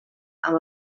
amb